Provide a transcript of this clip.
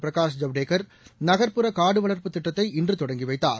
பிரகாஷ் ஜவ்டேகர் நகர்ப்புற காடு வளர்ப்பு திட்டத்தை இன்று தொடங்கி வைத்தார்